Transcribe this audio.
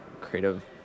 creative